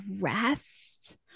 rest